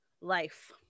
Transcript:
life